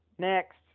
Next